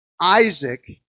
Isaac